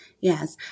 Yes